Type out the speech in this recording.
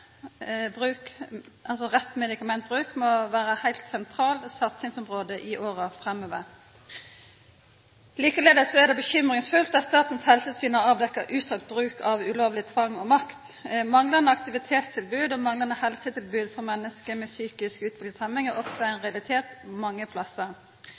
medikamentbruk må vera eit heilt sentralt satsingsområde i åra framover. Likeeins er det bekymringsfullt at Statens helsetilsyn har avdekt utstrakt bruk av ulovleg tvang og makt. Manglande aktivitetstilbod og manglande helsetilbod for menneske med psykisk utviklingshemming er også ein